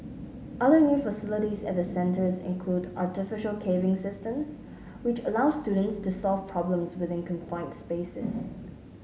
other new facilities at the centres include artificial caving systems which allow students to solve problems within confined spaces